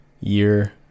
year